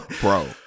bro